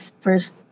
first